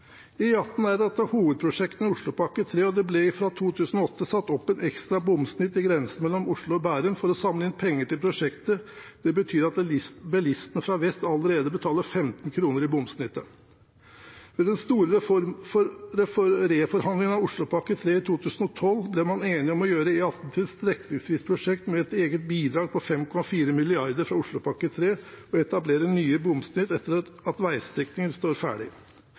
er ett av hovedprosjektene i Oslopakke 3, og det ble fra 2008 satt opp et ekstra bomsnitt i grensen mellom Oslo og Bærum for å samle inn penger til prosjektet. Det betyr at bilistene fra vest allerede betaler 15 kr i bomsnittet. I den store reforhandlingen av Oslopakke 3 i 2012 ble man enig om å gjøre E18 til strekningsvist prosjekt med et eget bidrag på 5,4 mrd. kr fra Oslopakke 3 og å etablere nye bomsnitt etter at veistrekningen står ferdig.